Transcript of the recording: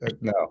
No